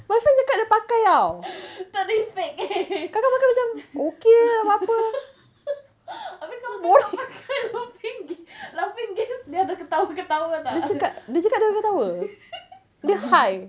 my friend cakap dia pakai [tau] kakak pakai macam biasa okay jer tak ada apa-apa boring dia cakap dia cakap ada ketawa dia high